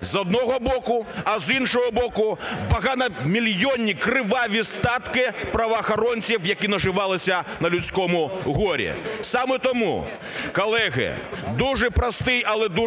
з одного боку, а з іншого боку багатомільйонні криваві статки правоохоронців, які наживалися на людському горі. Саме тому, колеги, дуже простий, але дуже